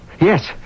Yes